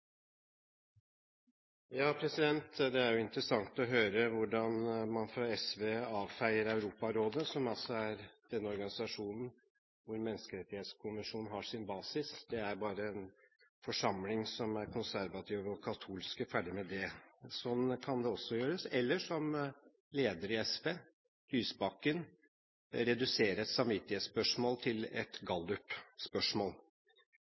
Det er interessant å høre hvordan man fra SV avfeier Europarådet, som altså er den organisasjonen hvor Den europeiske menneskerettskonvensjon har sin basis – det er bare en forsamling som er konservativ og katolsk, og ferdig med det. Sånn kan det også gjøres. Eller vi kan som lederen i SV, Lysbakken, redusere et samvittighetsspørsmål til et